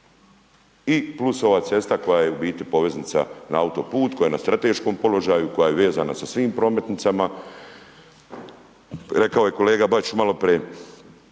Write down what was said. i plus ova cesta koja je u biti poveznica na autoput, koja je na strateškom položaju, koja je vezana sa svim prometnicama. Rekao je kolega Bačić maloprije